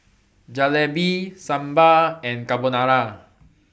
Jalebi Sambar and Carbonara